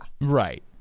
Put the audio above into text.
Right